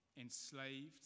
enslaved